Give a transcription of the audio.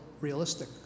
realistic